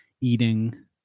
eating